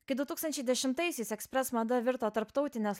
kai du tūkstančiai dešimtaisiais express mada virto tarptautinės